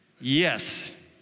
Yes